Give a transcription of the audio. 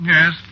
Yes